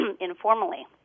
informally